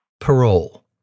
Parole